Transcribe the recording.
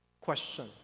question